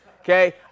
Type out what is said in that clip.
Okay